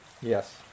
Yes